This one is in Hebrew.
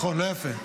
נכון, לא יפה.